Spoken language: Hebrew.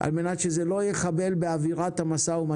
על מנת שזה לא יחבל באווירת המו"מ.